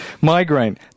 Migraine